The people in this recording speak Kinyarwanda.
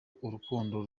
urukundo